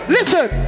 Listen